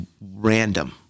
random